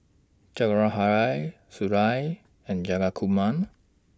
Jawaharlal Sunderlal and Jayakumar